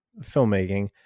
filmmaking